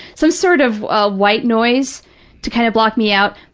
some sort of white noise to kind of block me out,